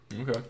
Okay